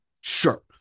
Sure